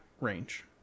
range